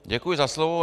Děkuji za slovo.